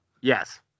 Yes